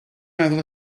meddwl